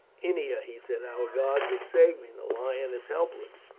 ennia, he said, our gods have saved me the lion is helpless.